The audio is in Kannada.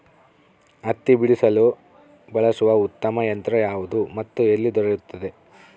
ಹತ್ತಿ ಬಿಡಿಸಲು ಬಳಸುವ ಉತ್ತಮ ಯಂತ್ರ ಯಾವುದು ಮತ್ತು ಎಲ್ಲಿ ದೊರೆಯುತ್ತದೆ?